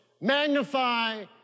Magnify